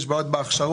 יש בעיות בהכשרות.